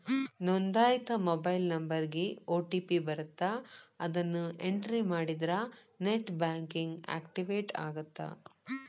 ನೋಂದಾಯಿತ ಮೊಬೈಲ್ ನಂಬರ್ಗಿ ಓ.ಟಿ.ಪಿ ಬರತ್ತ ಅದನ್ನ ಎಂಟ್ರಿ ಮಾಡಿದ್ರ ನೆಟ್ ಬ್ಯಾಂಕಿಂಗ್ ಆಕ್ಟಿವೇಟ್ ಆಗತ್ತ